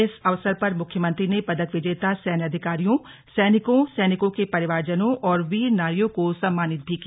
इस अवसर पर मुख्यमंत्री ने पदक विजेता सैन्य अधिकारियों सैनिकों सैनिकों के परिवारजनों और वीरनारियों को सम्मानित भी किया